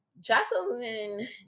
Jocelyn